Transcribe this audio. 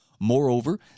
Moreover